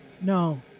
No